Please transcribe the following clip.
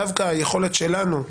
דווקא היכולת שלנו,